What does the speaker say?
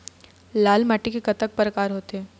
लाल माटी के कतक परकार होथे?